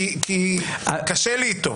כי קשה לי איתו.